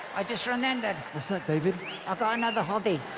i just run ended was not david i got another hobby